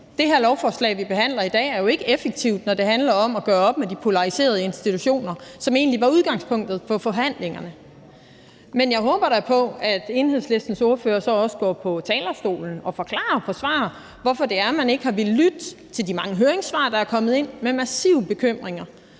det her lovforslag, som vi behandler i dag, jo ikke har nogen effekt, når det handler om at gøre op med de polariserede institutioner, som egentlig var udgangspunktet for forhandlingerne. Men jeg håber da på, at Enhedslistens ordfører så også går på talerstolen og forklarer og forsvarer, hvorfor man ikke har villet lytte til de mange høringssvar og de massive bekymringer,